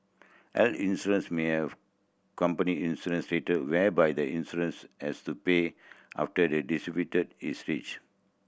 health insurance may have company insurance rate whereby the insurance has to pay after the is reached